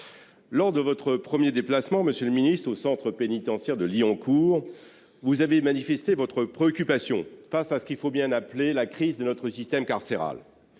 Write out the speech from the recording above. Lors de votre premier déplacement dans vos nouvelles fonctions, au centre pénitentiaire de Liancourt, vous avez exprimé votre préoccupation face à ce qu’il faut bien appeler la crise de notre système carcéral.